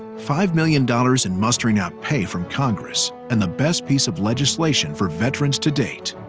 five million dollars in mustering out pay from congress and the best piece of legislation for veterans to date,